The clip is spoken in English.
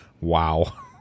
wow